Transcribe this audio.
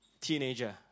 teenager